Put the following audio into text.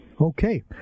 Okay